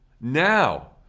Now